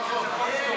מה החוק?